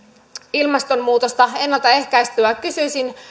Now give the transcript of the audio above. ilmastonmuutosta ennalta ehkäistyä kysyisin